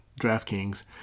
DraftKings